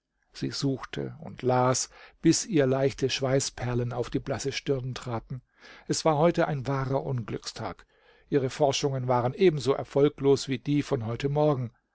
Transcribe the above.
sie suchte und las bis ihr leichte schweißperlen auf die blasse stirn traten es war heute ein wahrer unglückstag ihre forschungen waren ebenso erfolglos wie die von heute morgen